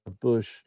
bush